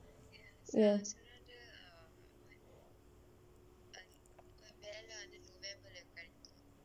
ya so